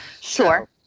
Sure